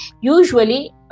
usually